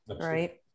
Right